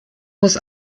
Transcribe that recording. muss